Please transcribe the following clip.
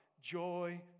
Joy